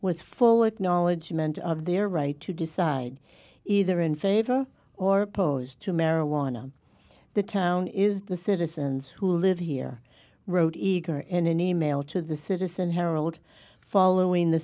with full acknowledgement of their right to decide either in favor or oppose to marijuana the town is the citizens who live here wrote eager in an email to the citizen herald following the